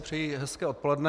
Přeji hezké odpoledne.